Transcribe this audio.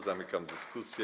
Zamykam dyskusję.